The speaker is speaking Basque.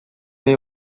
nahi